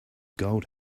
gold